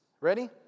Ready